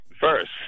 first